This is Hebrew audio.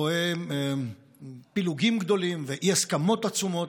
רואים פילוגים גדולים ואי-הסכמות עצומות,